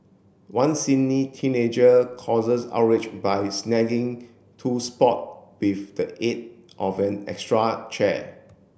one Sydney teenager causes outrage by snagging two spot with the aid of an extra chair